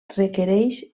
requereix